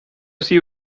see